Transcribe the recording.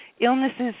Illnesses